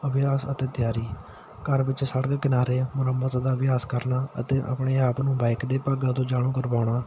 ਅਭਿਆਸ ਅਤੇ ਤਿਆਰੀ ਘਰ ਵਿੱਚ ਸੜਕ ਕਿਨਾਰੇ ਮੁਰੰਮਤ ਦਾ ਅਭਿਆਸ ਕਰਨਾ ਆਪਣੇ ਆਪ ਨੂੰ ਬਾਇਕ ਦੇ ਭਾਗਾਂ ਤੋਂ ਜਾਣੂ ਕਰਵਾਉਣਾ